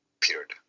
period